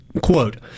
quote